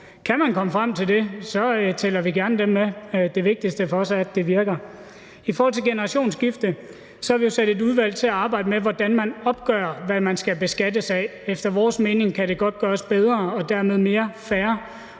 Kan man komme frem til det, tæller vi gerne dem med. Det vigtigste for os er, at det virker. I forhold til generationsskifte har vi jo sat et udvalg til at arbejde med, hvordan man opgør, hvad man skal beskattes af. Efter vores mening kan det godt gøres bedre og dermed mere fair